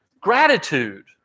Gratitude